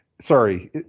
Sorry